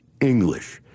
English